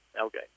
Okay